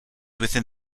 within